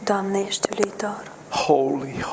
Holy